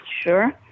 Sure